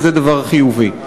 וזה דבר חיובי.